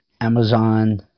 Amazon